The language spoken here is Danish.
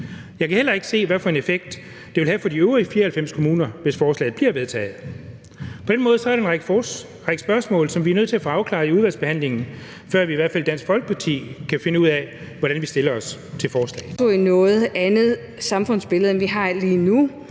Jeg kan heller ikke se, hvad for en effekt det vil have på de øvrige 94 kommuner, hvis forslaget bliver vedtaget. På den måde er der en række spørgsmål, som vi er nødt til at få afklaret i udvalgsbehandlingen, før vi i hvert fald i Dansk Folkeparti kan finde ud af, hvordan vi stiller os til forslaget.